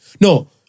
No